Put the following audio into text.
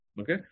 Okay